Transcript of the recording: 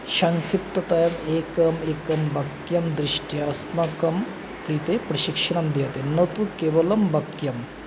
संयुक्ततायाम् एकम् एकं वाक्यं दृष्ट्या अस्माकं कृते प्रशिक्षणं दीयते न तु केवलं वाक्यम्